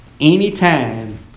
anytime